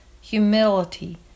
humility